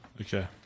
Okay